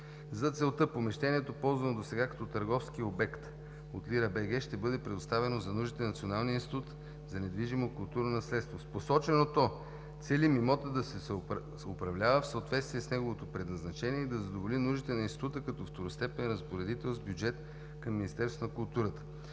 За целта помещението, ползвано досега като търговски обект от Lira.BG ООД, ще бъде предоставено за нуждите на Националния институт за недвижимо културно наследство. С посоченото целим имотът да се управлява в съответствие с неговото предназначение и да задоволи нуждите на Института като второстепенен разпоредител с бюджет към Министерството на културата.